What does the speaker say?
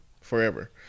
forever